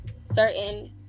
certain